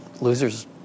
losers